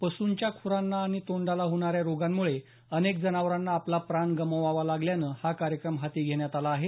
पशूंच्या खुरांना आणि तोंडाला होणाऱ्या रोगांमुळे अनेक जनावरांना आपला प्राण गमवावा लागल्यानं हा कार्यक्रम हाती घेण्यात आला आहे